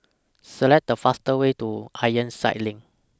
Select The faster Way to Ironside LINK